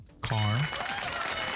Car